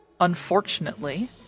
Unfortunately